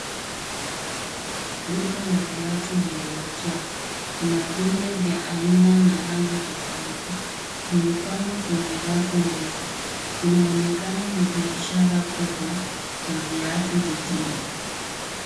Duka la viatu lililojaa kuna vile vya aina na rangi tofauti. Vimepangwa kwenye rafu ndefu. Vinaonekana. Inaonekana ni biashara kubwa ya viatu jijini.